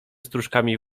strużkami